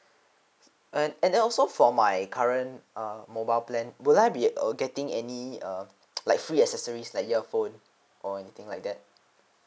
and and then also for my current err mobile plan will I be uh getting any err like free accessories like earphone or anything like that